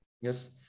Yes